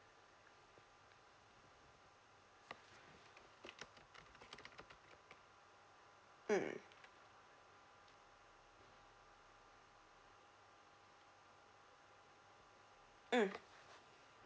mm mm